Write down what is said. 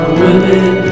women